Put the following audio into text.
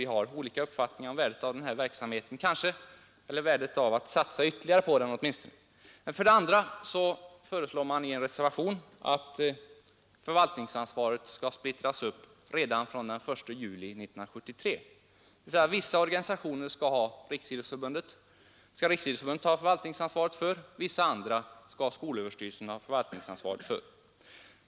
Vi har kanske olika uppfattningar om värdet av den här verksamheten — eller åtminstone värdet av att satsa ytterligare på den. I en annan reservation föreslås att förvaltningsansvaret skall splittras upp redan från den 1 juli 1973. Vissa organisationer skall Riksidrottsförbundet ha förvaltningsansvaret för, och vissa andra skall skolöverstyrelsen ha förvaltningsansvaret för.